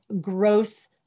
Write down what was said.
growth